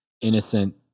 innocent